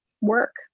work